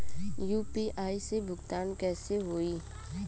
UPI से भुगतान कइसे होहीं?